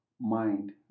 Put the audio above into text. mind